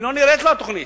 היא לא נראית לו, התוכנית.